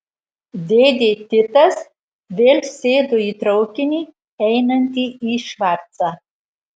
dėdė titas vėl sėdo į traukinį einantį į švarcą